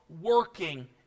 working